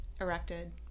erected